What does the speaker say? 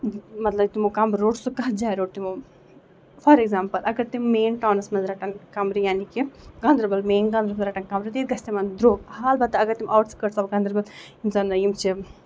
مطلب تِمو کَمرٕ روٚٹ سُہ کَتھ جایہِ روٚٹ تِمو فار ایٚکزامپٕل اَگر تِم مین ٹَونَس منٛز رَٹن کَمرٕ یا کینٛہہ گاندربَلَس مین ٹونَس منٛز رَٹن کَمرٕ تہِ گژھِ تِمن دروٚگ اَلبتہٕ اَگر تِم اَوُٹ سِکٲٹِس آف گانٛدربل منٛز یِم زَن یِم چھِ